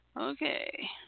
Okay